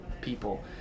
people